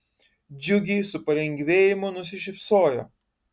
džiugiai su palengvėjimu nusišypsojo